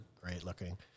great-looking